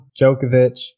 Djokovic